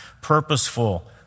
purposeful